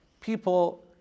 people